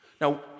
Now